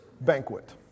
banquet